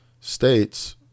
states